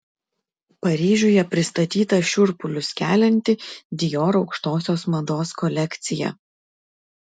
paryžiuje pristatyta šiurpulius kelianti dior aukštosios mados kolekcija